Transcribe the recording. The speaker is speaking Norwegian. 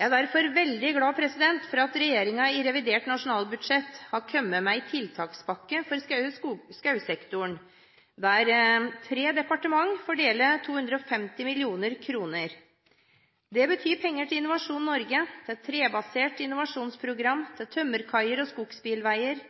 Jeg er derfor veldig glad for at regjeringen i revidert nasjonalbudsjett har kommet med en tiltakspakke for skogsektoren, der tre departementer får dele 250 mill. kr. Det betyr penger til Innovasjon Norge til Trebasert innovasjonsprogram til tømmerkaier og skogsbilveier